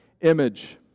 image